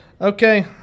Okay